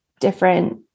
different